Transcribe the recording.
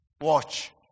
Watch